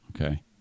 Okay